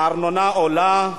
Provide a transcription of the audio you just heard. הארנונה עולה,